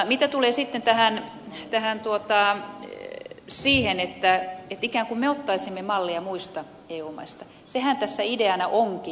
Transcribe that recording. mitä tulee sitten tähän ja tähän tuottaa siihen että ikään kuin me ottaisimme mallia muista eu maista niin sehän tässä ideana onkin